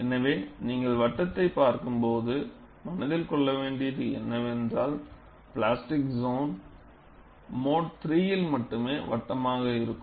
எனவே நீங்கள் வட்டத்தை பார்க்கும் போது மனதில் கொள்ள வேண்டியது என்னவென்றால் பிளாஸ்டிக் சோன் மோடு III யில் மட்டுமே வட்டமாக இருக்கும்